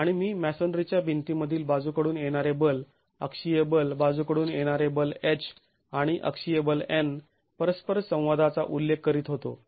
आणि मी मॅसोनरीच्या भिंतीमधील बाजूकडून येणारे बल अक्षीय बल बाजूकडून येणारे बल H आणि अक्षीय बल N परस्पर संवादाचा उल्लेख करीत होतो